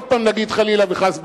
עוד פעם נגיד חלילה וחס,